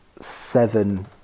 seven